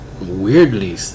Weirdly